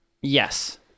Yes